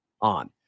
On